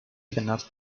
cannot